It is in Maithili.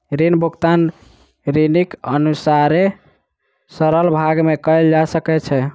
ऋण भुगतान ऋणीक अनुसारे सरल भाग में कयल जा सकै छै